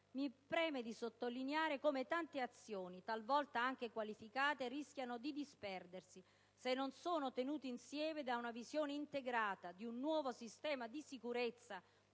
Mi preme sottolineare come tante azioni, talvolta anche qualificate, rischiano di disperdersi se non sono tenute insieme da una visione integrata di un nuovo sistema di sicurezza